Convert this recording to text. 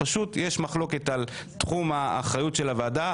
פשוט יש מחלוקת על תחום האחריות של הוועדה,